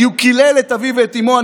כי הוא קילל את אביו ואת אימו.